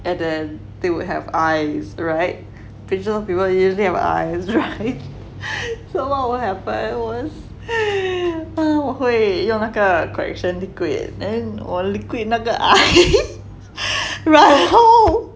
and then they will have eyes [right] picture people usually have eyes [right] so what will happen was 我我会用那个 correction liquid then 我 liquid 那个 eyes 然后